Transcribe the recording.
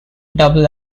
double